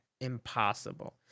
impossible